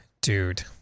dude